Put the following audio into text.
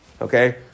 okay